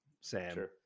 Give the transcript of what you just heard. Sam